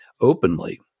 openly